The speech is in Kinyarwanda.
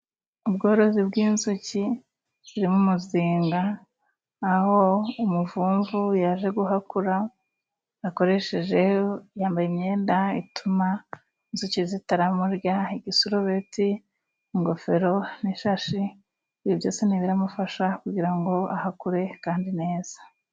Ubworozi bw'inzuki ziri mu muzinga aho umuvumvu yaje guhakura akoresheje yambaye imyenda ituma inzuki zitamurya, igisurubeti ingofero n'ishashi ibi byose n'ibimufasha kugira ngo ahakure kandi neza.